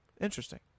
Interesting